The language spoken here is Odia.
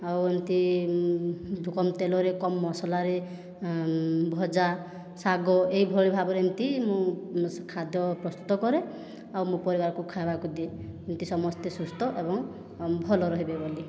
ଆଉ ଏମିତି କମ୍ ତେଲରେ କମ୍ ମସଲାରେ ଭଜା ଶାଗ ଏହିଭଳି ଭାବରେ ଏମିତି ମୁଁ ଖାଦ୍ୟ ପ୍ରସ୍ତୁତ କରେ ଆଉ ମୋ' ପରିବାରକୁ ଖାଇବାକୁ ଦିଏ ଯେମିତି ସମସ୍ତେ ସୁସ୍ଥ ଏବଂ ଭଲ ରହିବେ ବୋଲି